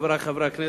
חברי חברי הכנסת,